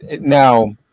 Now